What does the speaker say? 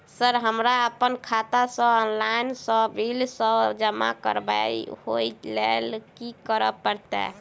Sir हम अप्पन खाता सऽ ऑनलाइन सऽ बिल सब जमा करबैई ओई लैल की करऽ परतै?